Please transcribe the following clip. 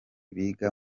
biga